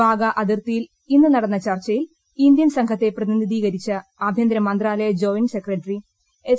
വാഗ അതിർത്തിയിൽ ഇന്ന് നടന്ന ചർച്ചയിൽ ഇന്ത്യൻ സംഘത്തെ പ്രതിനിധീകരിച്ചു ആഭ്യന്തര മന്ത്രാലയ ജോയിന്റ് സെക്രട്ടറി എസ്